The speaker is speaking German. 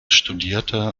studierte